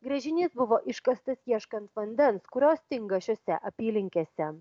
gręžinys buvo iškastas ieškant vandens kurio stinga šiose apylinkėse